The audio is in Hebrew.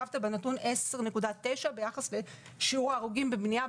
נקבת בנתון 10.9 לגבי שיעור ההרוגים בבנייה.